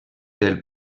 del